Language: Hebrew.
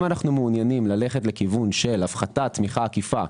אם אנחנו מעוניינים ללכת לכיוון של הפחתת תמיכה עקיפה,